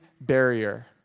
barrier